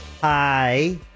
Hi